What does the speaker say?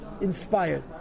inspired